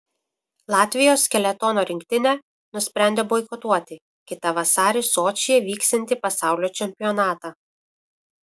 latvijos skeletono rinktinė nusprendė boikotuoti kitą vasarį sočyje vyksiantį pasaulio čempionatą